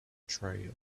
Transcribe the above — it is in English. tray